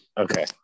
Okay